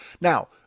Now